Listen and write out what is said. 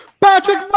Patrick